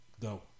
go